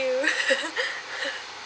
you